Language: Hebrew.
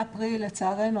לצערנו,